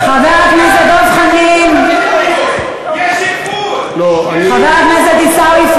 חבר הכנסת דב חנין, חבר הכנסת דב חנין.